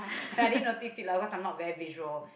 I didn't notice it lah because I'm not very visual